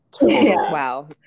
Wow